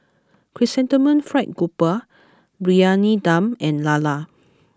Chrysanthemum Fried grouper Briyani Dum and Lala